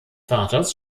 vaters